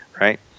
right